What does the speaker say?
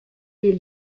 les